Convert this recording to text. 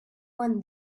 won